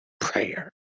prayer